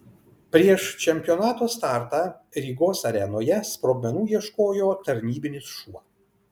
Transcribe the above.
prieš čempionato startą rygos arenoje sprogmenų ieškojo tarnybinis šuo